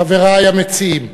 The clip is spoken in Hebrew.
חברי המציעים,